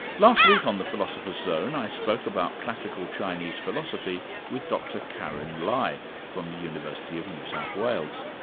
last week on the philosopher's zone, i spoke about classical chinese philosophy with dr karyn lai from the university of new south wales.